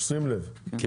שים לב,